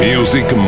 Music